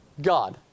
God